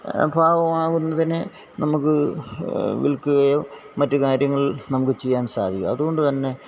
പാകം ആകുന്നതിനെ നമുക്ക് വിൽക്കുകയോ മറ്റു കാര്യങ്ങൾ നമുക്ക് ചെയ്യാൻ സാധിക്കും അതുകൊണ്ടുതന്നെ